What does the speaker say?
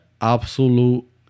Absolute